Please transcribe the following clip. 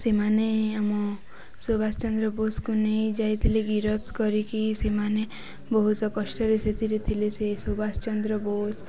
ସେମାନେ ଆମ ସୁବାଷ ଚନ୍ଦ୍ର ବୋଷକୁ ନେଇ ଯାଇଥିଲେ ଗିରଫ କରିକି ସେମାନେ ବହୁସ କଷ୍ଟରେ ସେଥିରେ ଥିଲେ ସେ ସୁବାଷ ଚନ୍ଦ୍ର ବୋଷ